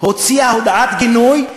הוציאה הודעת גינוי,